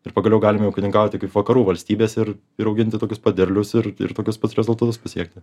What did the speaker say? ir pagaliau galime ūkininkauti kaip vakarų valstybės ir ir auginti tokius pat derlius ir ir tokius pat rezultatus pasiekti